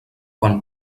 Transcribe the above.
quan